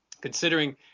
Considering